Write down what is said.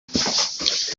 aquests